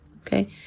Okay